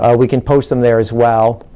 ah we can post them there as well.